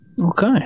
Okay